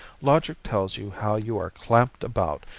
logic tells you how you are clamped about,